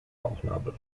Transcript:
bauchnabel